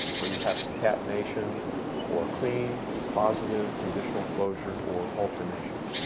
where you have concatenation or clean positive conditional closer or alternation.